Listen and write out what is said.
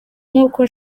nk’uko